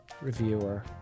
reviewer